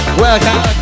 welcome